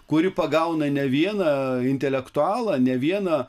kuri pagauna ne vieną intelektualą ne vieną